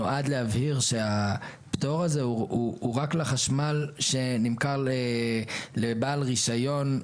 נועד להבהיר שהפטור הזה הוא רק לחשמל שנמכר לבעל רישיון,